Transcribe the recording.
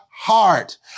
Heart